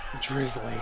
Drizzly